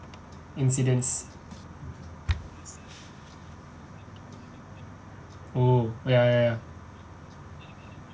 incidents oo ya ya ya